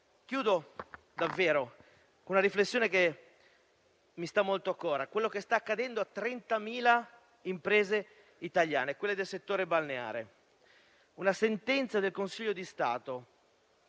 Concludo con una riflessione che mi sta molto a cuore, su quello che sta accadendo alle 30.000 imprese italiane del settore balneare. Una sentenza del Consiglio di Stato